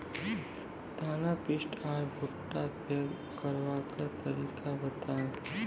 दाना पुष्ट आर भूट्टा पैग करबाक तरीका बताऊ?